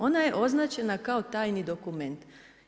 Ona je označena kao tajni dokument.